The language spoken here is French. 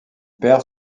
perd